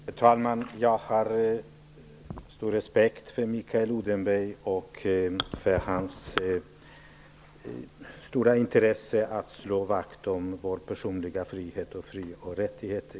Herr talman! Jag har stor respekt för Mikael Odenberg och för hans stora intresse av att slå vakt om våra fri och rättigheter.